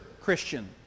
Christian